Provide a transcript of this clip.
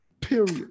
period